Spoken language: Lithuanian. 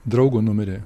draugo numerį